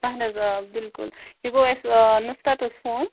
اَہَن حظ آ بِلکُل یہِ گوٚو اَسہِ نُصرَتَس فون